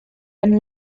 and